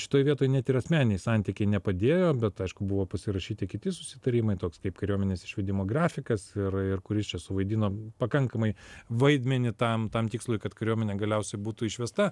šitoj vietoj net ir asmeniniai santykiai nepadėjo bet aišku buvo pasirašyti kiti susitarimai toks kaip kariuomenės išvedimo grafikas ir ir kuris čia suvaidino pakankamai vaidmenį tam tam tikslui kad kariuomenė galiausiai būtų išvesta